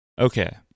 okay